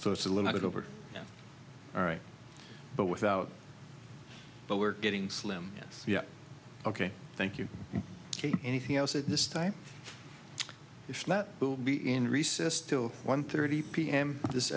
so it's a little bit over all right but without but we're getting slim yes yes ok thank you anything else at this time if not we'll be in recess till one thirty p m this